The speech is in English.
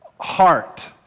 heart